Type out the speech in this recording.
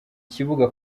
kibuga